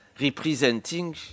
representing